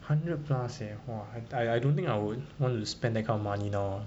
hundred plus eh !wah! I I don't think I would want to spend that kind of money now ah